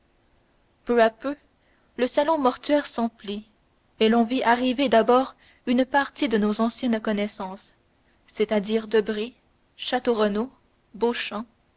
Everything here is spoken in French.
peu à peu le salon mortuaire s'emplit et l'on vit arriver d'abord une partie de nos anciennes connaissances c'est-à-dire debray château renaud